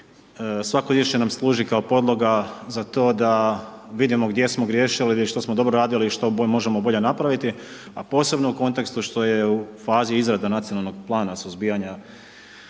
svako izvješće nam služi kao podloga za to da vidimo gdje smo griješili, gdje, što smo dobro radili i što možemo bolje napraviti, a posebno u kontekstu što je u fazi izrada Nacionalnog plana suzbijanja